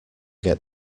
get